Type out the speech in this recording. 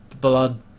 blood